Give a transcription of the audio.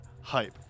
Hype